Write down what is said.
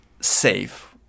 safe